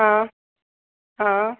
हा हा